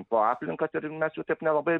po aplinką ir mes jų taip nelabai